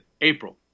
April